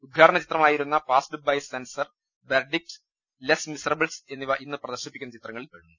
ഉദ്ഘാടന ചിത്രമായിരുന്ന Passed by Censor Verdict Les Miserables എന്നിവ ഇന്ന് പ്രദർശിപ്പിക്കുന്ന ചിത്രങ്ങളിൽ പെടുന്നു